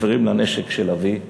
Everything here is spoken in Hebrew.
חברים לנשק של אבי,